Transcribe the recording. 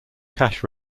cash